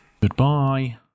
Goodbye